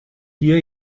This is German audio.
hier